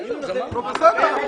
זה בסדר.